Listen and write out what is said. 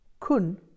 Kun